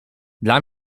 dla